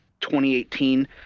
2018